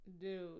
Dude